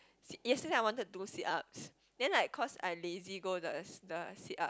sit~ yesterday I wanted do sit ups then like cause I lazy go the the sit up